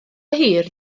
hir